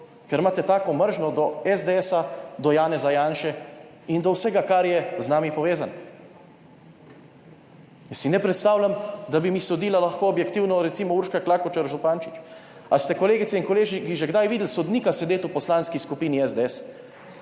ker imate tako mržnjo do SDS, do Janeza Janše in do vsega kar je z nami povezan. Jaz si ne predstavljam, da bi mi sodila lahko objektivno, recimo Urška Klakočar Zupančič. Ali ste, kolegice in kolegi, ki že kdaj videli sodnika sedeti v Poslanski skupini SDS?